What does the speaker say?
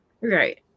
Right